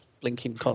blinking